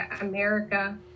America